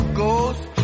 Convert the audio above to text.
ghost